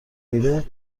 میوه